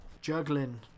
Juggling